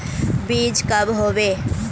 बीज कब होबे?